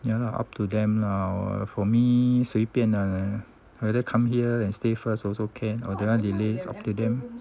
ya lah up to them lah for me 随便 ah either come here and stay first also can or they want delay it's up to them